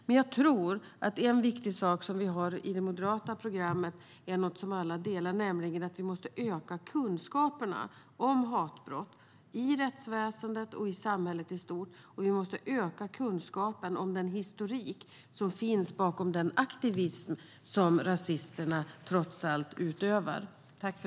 Men jag tror att en viktig sak i det moderata programmet är något som alla delar, nämligen att vi måste öka kunskaperna om hatbrott i rättsväsendet och i samhället i stort och att vi måste öka kunskapen om den historik som finns bakom den aktivism som rasisterna trots allt utövar.